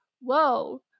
whoa